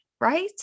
right